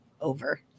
over